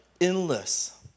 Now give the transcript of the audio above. endless